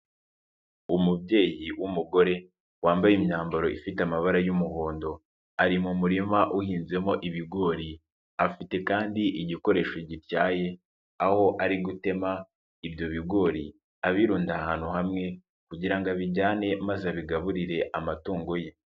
Umubyeyi w'umugore wambaye imyambaro ifite amabara y'umuhondo, ari mu murima uhinzemo ibigori, afite kandi igikoresho gityaye aho ari gutema ibyo bigori abirunnda ahantu hamwe kugira ngo abijyane maze abigaburire amatungo ye.